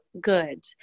good